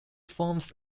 forms